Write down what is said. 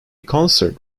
concert